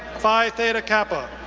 phi theta kappa.